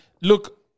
look